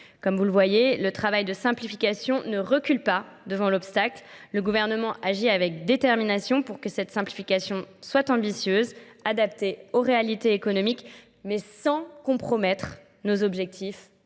Comme vous le voyez, le travail de simplification ne recule pas devant l'obstacle. Le gouvernement agit avec détermination pour que cette simplification soit ambitieuse, adaptée aux réalités économiques, mais sans compromettre nos objectifs.